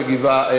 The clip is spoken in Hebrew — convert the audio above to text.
לא מגיבה.